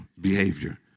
behavior